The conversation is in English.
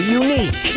unique